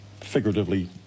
figuratively